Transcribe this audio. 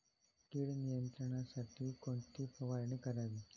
कीड नियंत्रणासाठी कोणती फवारणी करावी?